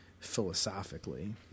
philosophically